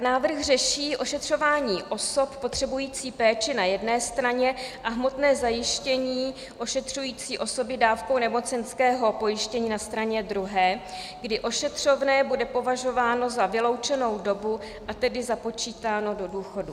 Návrh řeší ošetřování osob potřebujících péči na jedné straně a hmotné zajištění ošetřující osoby dávkou nemocenského pojištění na straně druhé, kdy ošetřovné bude považováno za vyloučenou dobu, a tedy započítáno do důchodu.